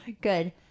Good